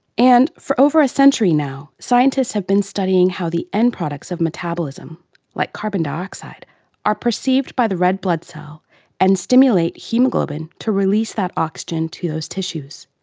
and, for over a century now, scientists have been studying how the end products of metabolism like carbon dioxide are perceived by the red blood cell and stimulate haemoglobin to release that oxygen to those tissues,